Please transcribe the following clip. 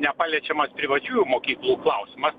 nepaliečiamas privačiųjų mokyklų klausimą